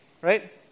Right